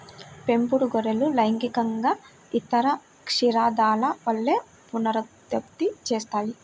పెంపుడు గొర్రెలు లైంగికంగా ఇతర క్షీరదాల వలె పునరుత్పత్తి చేస్తాయి